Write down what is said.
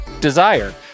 Desire